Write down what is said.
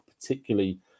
particularly